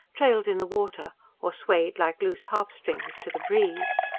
trailed in the water or swayed like loose harp-strings to the breeze.